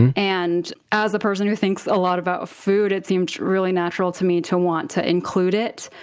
and as a person who thinks a lot about food, it seemed really natural to me to want to include it,